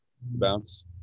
bounce